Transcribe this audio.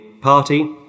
party